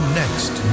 next